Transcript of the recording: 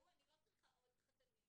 לא, אני לא צריכה עוד חתנים.